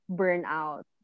burnout